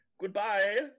Goodbye